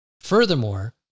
Furthermore